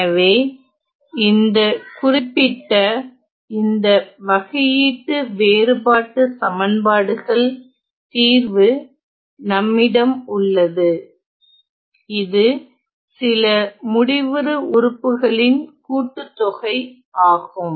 எனவே இந்த குறிப்பிட்ட இந்த வகையீட்டு வேறுபாட்டு சமன்பாடுகள் தீர்வு நம்மிடம் உள்ளது இது சில முடிவுறு உறுப்புகளின் கூட்டுத்தொகை ஆகும்